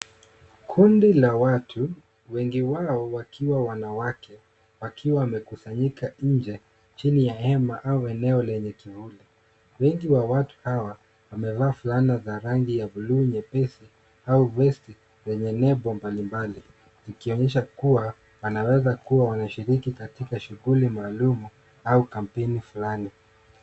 Kundi la watu, wengi wao wakiwa wanawake wakiwa wamekusanyika nje chini ya hema au eneo lenye kivuli. Wengi wa watu hawa, wamevaa fulana za rangi ya bluu nyepesi au vest zenye nembo mbalimbali, ikionyesha kuwa wanaweza kuwa wanashiriki katika shughuli maalum au kampeni fulani.